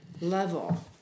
level